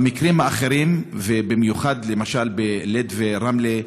במקרים האחרים, ובמיוחד, למשל בלוד וברמלה,